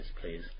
please